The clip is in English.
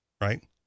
right